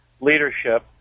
leadership